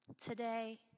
today